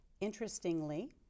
Interestingly